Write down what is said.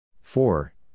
four